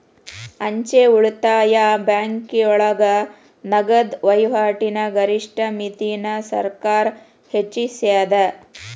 ಅಂಚೆ ಉಳಿತಾಯ ಬ್ಯಾಂಕೋಳಗ ನಗದ ವಹಿವಾಟಿನ ಗರಿಷ್ಠ ಮಿತಿನ ಸರ್ಕಾರ್ ಹೆಚ್ಚಿಸ್ಯಾದ